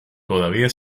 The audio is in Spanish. todavía